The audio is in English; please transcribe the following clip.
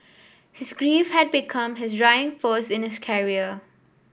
his grief had become his driving force in his career